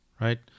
right